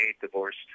divorced